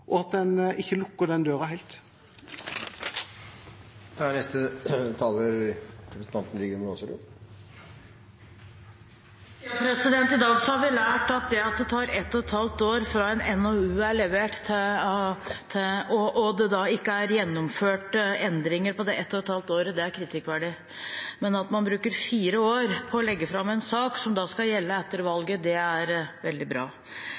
og at en ikke lukker den døra helt. I dag har vi lært at det etter ett og et halvt år fra en NOU er levert, ikke er gjennomført endringer – ett og et halvt år. Det er kritikkverdig, men at man bruker fire år på å legge fram en sak som skal gjelde etter valget, det er veldig bra.